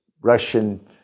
Russian